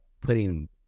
putting